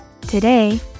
Today